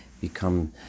become